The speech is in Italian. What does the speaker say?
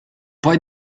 puoi